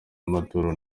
amaturo